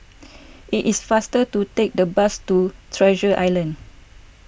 it is faster to take the bus to Treasure Island